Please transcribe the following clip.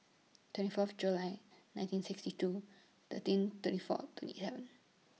twenty Fourth July nineteen sixty two thirteen thirty four twenty seven